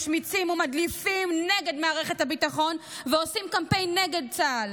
משמיצים ומדליפים נגד מערכת הביטחון ועושים קמפיין נגד צה"ל.